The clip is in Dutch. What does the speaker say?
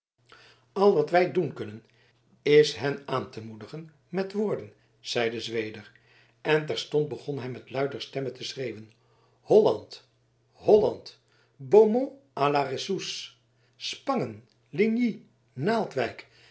al wat wij doen kunnen is hen aan te moedigen met woorden zeide zweder en terstond begon hij met luider stemme te schreeuwen holland holland beaumont à la rescousse spangen ligny naaldwijk